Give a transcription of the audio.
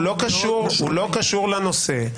הוא לא קשור לנושא.